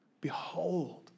Behold